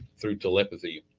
through telepathy,